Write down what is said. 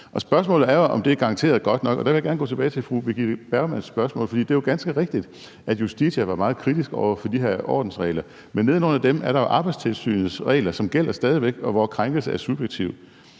og spørgsmålet er jo, om det er garanteret godt nok, og der vil jeg gerne gå tilbage til fru Birgitte Bergmans spørgsmål. For det er jo ganske rigtigt, at Justitia var meget kritiske over for de her ordensregler, men nedenunder dem er der jo Arbejdstilsynets regler, som stadig væk gælder, og hvor en krænkelse er subjektiv.